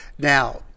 Now